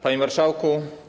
Panie Marszałku!